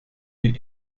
die